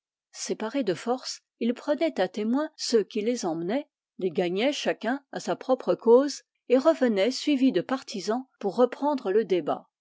séparés de force ils prenaient à témoins ceux qui les emmenaient les gagnaient chacun à sa propre cause et revenaient suivis de partisans pour reprendre le débat